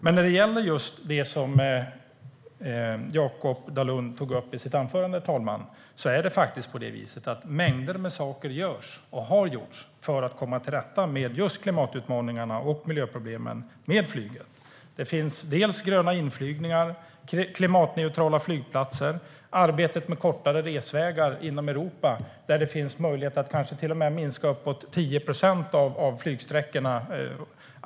Men när det gäller just det som Jakop Dalunde tog upp i sitt anförande, herr talman, är det faktiskt på det viset att mängder med saker görs och har gjorts för att komma till rätta med just klimatutmaningarna och miljöproblemen med flyget. Det finns gröna inflygningar och klimatneutrala flygplatser. Det finns ett arbete med kortare resvägar inom Europa, där det finns möjlighet att minska flygsträckorna med uppåt 10 procent.